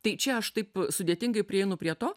tai čia aš taip sudėtingai prieinu prie to